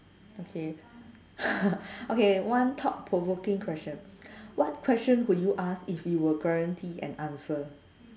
okay okay one thought provoking question what question would you ask if you were guaranteed an answer